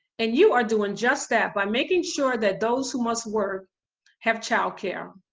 and you are doing just that by making sure that those who must work have child care.